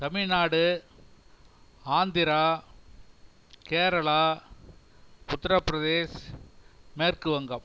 தமிழ்நாடு ஆந்திரா கேரளா உத்திரப்பிரதேஷ் மேற்குவங்கம்